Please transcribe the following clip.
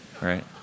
right